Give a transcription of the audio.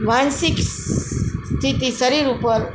માનસિક સ્ સ્થિતિ શરીર ઉપર